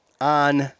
on